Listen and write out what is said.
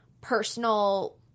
personal